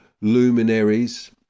luminaries